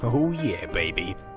ah oooh yeah baby. oh,